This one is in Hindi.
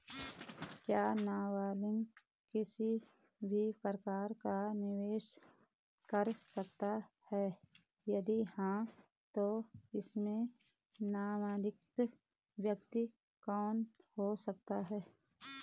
क्या नबालिग किसी भी प्रकार का निवेश कर सकते हैं यदि हाँ तो इसमें नामित व्यक्ति कौन हो सकता हैं?